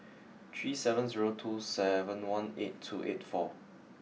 three seven zero two seven one eight two eight four